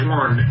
one